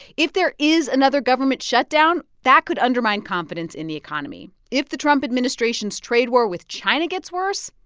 if there is another government shutdown, that could undermine confidence in the economy. if the trump administration's trade war with china gets worse,